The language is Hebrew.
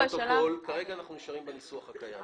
כרגע אנחנו נשארים בניסוח הקיים.